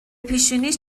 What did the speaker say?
پیشونیش